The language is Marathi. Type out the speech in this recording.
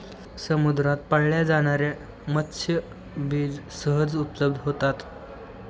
समुद्रात पाळल्या जाणार्या मत्स्यबीज सहज उपलब्ध होतात